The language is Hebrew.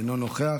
אינו נוכח,